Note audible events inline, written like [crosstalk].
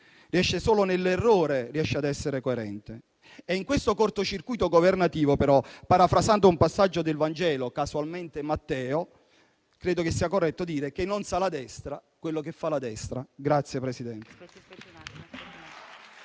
coerente. Solo nell'errore riesce ad essere coerente. In questo corto circuito governativo, però, parafrasando un passaggio del Vangelo, casualmente di Matteo, è corretto dire che non sa la destra quello che fa la destra. [applause]